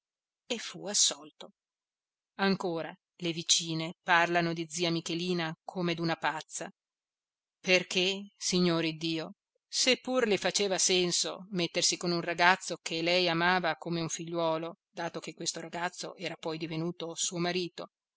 e fu assolto ancora le vicine parlano di zia michelina come d'una pazza perché signore iddio se pur le faceva senso mettersi con un ragazzo che lei amava come un figliuolo dato che questo ragazzo era poi divenuto suo marito